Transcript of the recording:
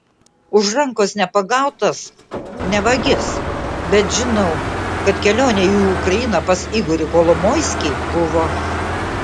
už rankos nepagautas ne vagis bet žinau kad kelionė į ukrainą pas igorį kolomoiskį buvo